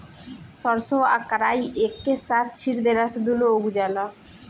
सरसों आ कराई एके साथे छींट देला से दूनो उग जाला